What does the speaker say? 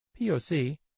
POC